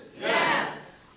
Yes